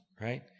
right